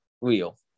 real